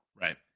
Right